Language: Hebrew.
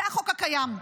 זה החוק הקיים.